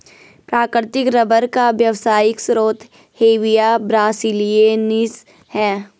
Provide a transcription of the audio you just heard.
प्राकृतिक रबर का व्यावसायिक स्रोत हेविया ब्रासिलिएन्सिस है